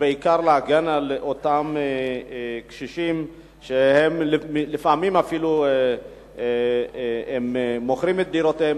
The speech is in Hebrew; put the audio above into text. בעיקר להגן על אותם קשישים שלפעמים אפילו מוכרים את דירותיהם,